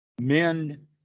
Men